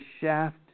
shaft